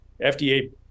fda